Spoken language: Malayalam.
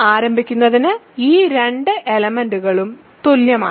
ആരംഭിക്കുന്നതിന് ഈ രണ്ട് എലെമെന്റ്സ്കളും തുല്യമാണ്